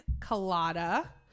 Colada